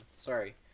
Sorry